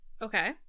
Okay